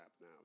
now